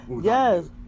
Yes